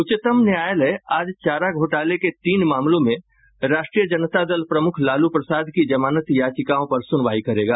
उच्चतम न्यायालय आज चारा घोटाले के तीन मामलों में राष्ट्रीय जनता दल प्रमुख लालू प्रसाद की जमानत याचिकाओं पर सुनवाई करेगा